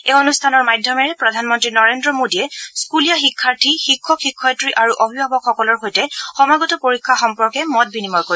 এই অনুষ্ঠানৰ মাধ্যমেৰে প্ৰধানমন্ত্ৰী নৰেদ্ৰ মোদীয়ে স্থুলীয়া শিক্ষাৰ্থী শিক্ষক শিক্ষয়িত্ৰী আৰু অভিভাৱকসকলৰ সৈতে সমাগত পৰীক্ষা সম্পৰ্কে মত বিনিময় কৰিব